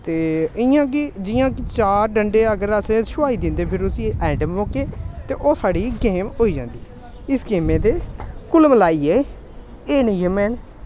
ते इ'यां गै जि'यां के चार डंडे अगर असें शोआई दिंदे फिर उस्सी ऐंड्ड मौके ते ओह् साढ़ी गेम होई जंदी इस गेमै दे कुल मलाइयै एह् नेही गेमां न